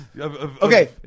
okay